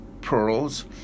pearls